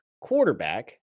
quarterback